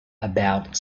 about